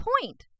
point